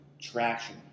Traction